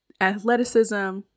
athleticism